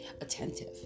attentive